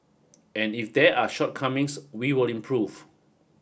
and if there are shortcomings we will improve